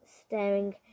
staring